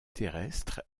terrestres